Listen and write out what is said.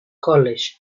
college